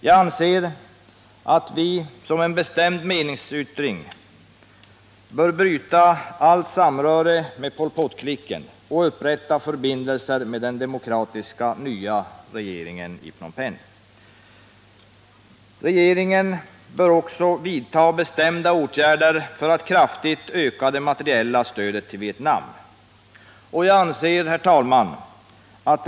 Jag anser att vi, som en bestämd meningsyttring, bör bryta allt samröre med Pol Pot-klicken och upprätta förbindelser med den demokratiska nya Regeringen bör också vidta bestämda åtgärder för att kraftigt öka det materiella stödet till Vietnam.